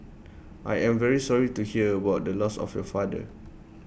I am very sorry to hear about the loss of your father